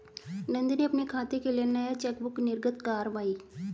नंदनी अपने खाते के लिए नया चेकबुक निर्गत कारवाई